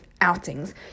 outings